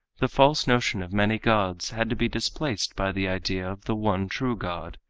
the false notion of many gods had to be displaced by the idea of the one true god.